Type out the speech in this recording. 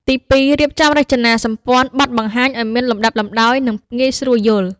ទីពីរ រៀបចំរចនាសម្ព័ន្ធបទបង្ហាញឱ្យមានលំដាប់លំដោយ និងងាយស្រួលយល់។